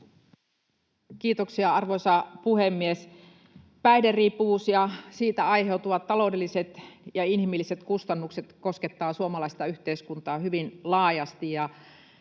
Kiitoksia, arvoisa puhemies! Päihderiippuvuus ja siitä aiheutuvat taloudelliset ja inhimilliset kustannukset koskettavat suomalaista yhteiskuntaa hyvin laajasti,